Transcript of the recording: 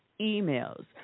emails